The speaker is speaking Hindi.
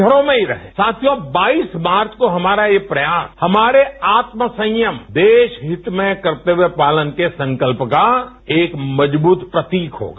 घरों में ही रहें तो बाईस मार्च को हमारा यह प्रयास आत्मसंयम देश हित में करते हुए पालन के संकल्प का एक मजबूत प्रतीक होगा